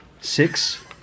Six